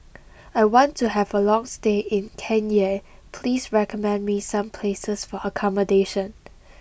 I want to have a long stay in Cayenne please recommend me some places for accommodation